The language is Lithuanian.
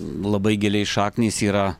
labai giliai šaknys yra